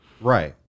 right